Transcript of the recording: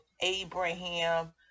Abraham